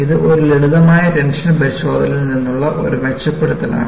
ഇത് ഒരു ലളിതമായ ടെൻഷൻ പരിശോധനയിൽ നിന്നുള്ള ഒരു മെച്ചപ്പെടുത്തലാണ്